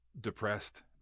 depressed